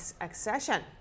accession